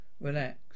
Relax